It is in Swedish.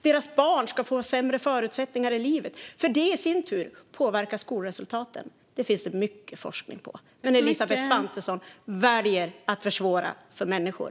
Deras barn ska få sämre förutsättningar i livet. Detta i sin tur påverkar skolresultaten - det finns det mycket forskning på. Elisabeth Svantesson väljer att försvåra för människor.